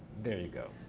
there you go.